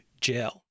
jail